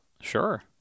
Sure